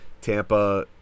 Tampa